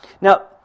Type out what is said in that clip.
Now